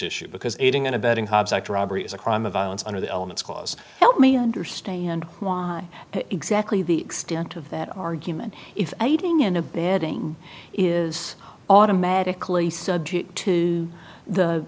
issue because aiding and abetting hobbs act robbery is a crime of violence under the elements clause help me understand why exactly the extent of that argument if aiding and abetting is automatically subject to the